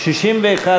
ומימון מפלגות,